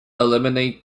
eliminate